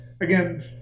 again